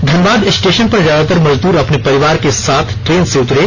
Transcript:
Dhanbad station पर ज्यादातर मजदूर अपने परिवार के साथ ट्रेन से उतरे